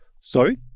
Sorry